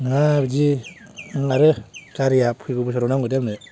नङा बिदि आरो गारिया फैगौ बोसोराव नांगौ दे आंनो